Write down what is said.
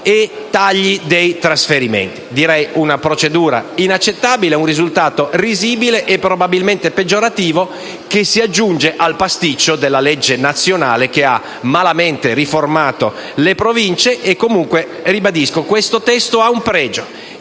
e tagli dei trasferimenti. Direi che si tratta di una procedura inaccettabile e di un risultato risibile e probabilmente peggiorativo che si aggiunge al pasticcio della legge nazionale che ha malamente riformato le Province. Comunque, ribadisco, questo testo ha un pregio: